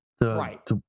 right